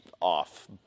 off